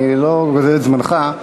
אני לא גוזל את זמנך,